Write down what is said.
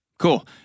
Cool